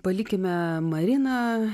palikime mariną